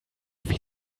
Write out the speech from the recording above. viele